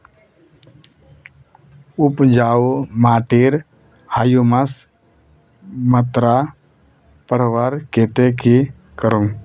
उपजाऊ माटिर ह्यूमस मात्रा बढ़वार केते की करूम?